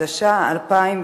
התש"ע 2009,